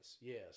Yes